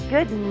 Good